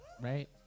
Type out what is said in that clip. right